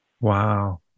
Wow